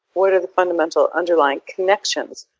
what are the fundamental underlying connections?